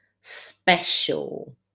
special